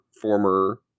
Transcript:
former